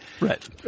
Right